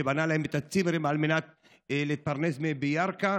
שבנה להם את הצימרים על מנת להתפרנס מהם בירכא.